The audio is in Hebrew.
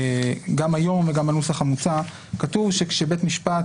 גם היום וגם בנוסח המוצע כתוב שכשבית המשפט